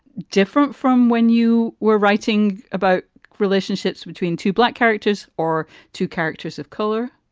different from when you were writing about relationships between two black characters or two characters of color